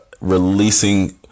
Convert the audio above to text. releasing